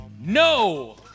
No